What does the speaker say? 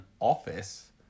office